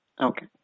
okay